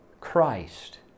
Christ